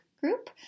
group